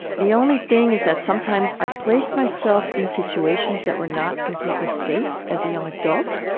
the only thing is that sometimes i placed myself in situations that were not completely safe as a young adult.